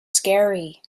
scary